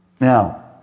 Now